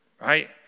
Right